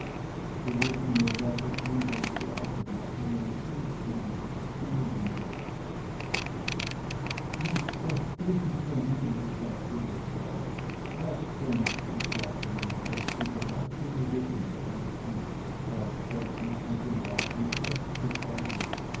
sie würden mir doch da wunderliche augen machen wenn ich hinkäme und befehlen wollte mußt doch gehen johannes sagte die frau brauchst ja nicht zu sagen kommst du geheißen oder ungeheißen brauchst auch nicht mit dem rat ins haus zu fallen